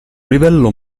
livello